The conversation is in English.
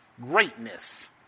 greatness